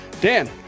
Dan